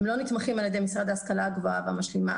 הם לא נתמכים על ידי משרד ההשכלה הגבוהה והמשלימה,